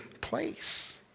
place